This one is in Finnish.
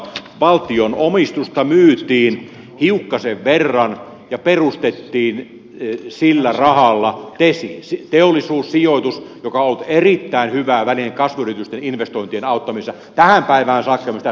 valtion omistusta myytiin hiukkasen verran ja perustettiin sillä rahalla tesi teollisuussijoitus joka on ollut erittäin hyvä väline kasvuyritysten investointien auttamisessa tähän päivään saakka ja myös tästä eteenpäin